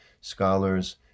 scholars